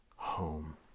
home